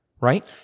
right